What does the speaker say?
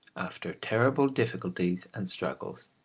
after terrible difficulties and struggles,